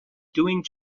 doing